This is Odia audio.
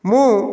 ମୁଁ